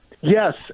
Yes